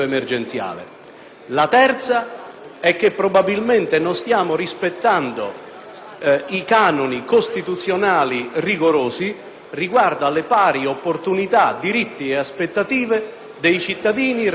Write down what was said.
i canoni costituzionali rigorosi riguardo alle pari opportunità, a diritti ed aspettative dei cittadini residenti nelle varie località, nei vari Comuni e nei vari territori.